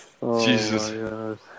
Jesus